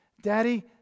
Daddy